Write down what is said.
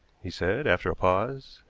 he said, after a pause.